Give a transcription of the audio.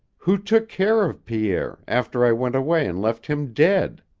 who took care of pierre after i went away and left him dead?